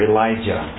Elijah